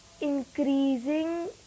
increasing